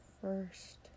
first